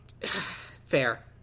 Fair